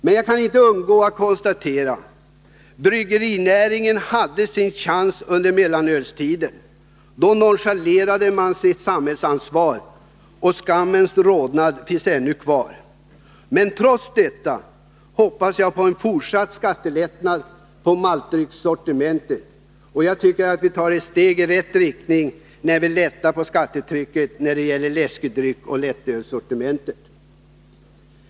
Men jag kan inte underlåta att konstatera att bryggerinäringen hade sin chans under mellanölstiden. Då nonchalerade man sitt samhällsansvar, och skammens rodnad finns ännu kvar. Trots detta hoppas jag på en fortsatt skattelättnad när det gäller maltdryckssortimentet, och jag tycker att vi tar ett steg i rätt riktning när vi lättar på skattetrycket på läskedrycksoch lättölssortimentet.